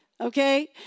Okay